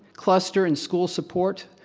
cluster and school support,